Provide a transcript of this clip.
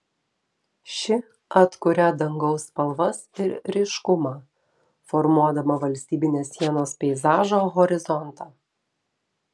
ši atkuria dangaus spalvas ir ryškumą formuodama valstybinės sienos peizažo horizontą